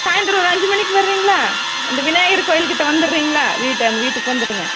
சாய்ந்தரம் ஒரு அஞ்சு மணிக்கு வருவீங்களா இந்த விநாயகர் கோயில் கிட்ட வந்துடுறீங்களா வீட்டு வீட்டுக்கு வந்துடுங்க